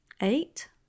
eight